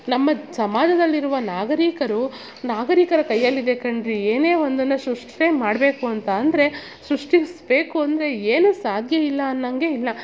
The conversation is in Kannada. ನಮ್ಮ ಸಮಾಜದಲ್ಲಿರುವ ನಾಗರೀಕರು ನಾಗರೀಕರ ಕೈಯಲ್ಲಿದೆ ಕಣ್ರಿ ಏನೇ ಒಂದನ್ನು ಸೃಷ್ಟಿ ಮಾಡಬೇಕು ಅಂತ ಅಂದರೆ ಸೃಷ್ಟಿಸಬೇಕು ಅಂದರೆ ಏನು ಸಾಧ್ಯಯಿಲ್ಲ ಅನ್ನೊಂಗೇ ಇಲ್ಲ